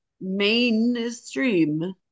mainstream